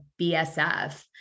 BSF